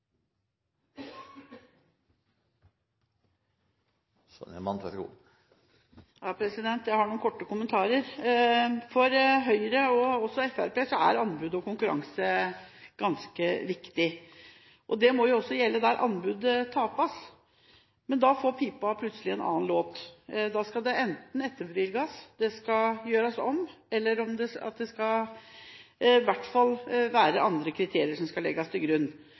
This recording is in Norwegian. Så det er et stykke mellom liv og lære i det partiet fortsatt. Jeg har noen korte kommentarer. For Høyre og Fremskrittspartiet er anbud og konkurranse ganske viktig. Det må jo også gjelde der anbudet tapes, men da får pipa plutselig en annen låt. Da skal det enten etterbevilges, gjøres om, eller det skal i hvert fall være andre kriterier som skal legges til grunn